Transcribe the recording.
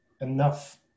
enough